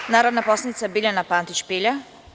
Reč ima narodna poslanica Biljana Pantić Pilja.